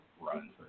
run